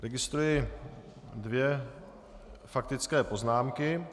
Registruji dvě faktické poznámky.